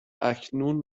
اکنون